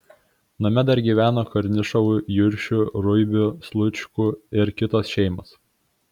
name dar gyveno karnišovų juršių ruibių slučkų ir kitos šeimos